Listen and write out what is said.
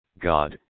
God